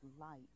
light